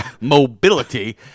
mobility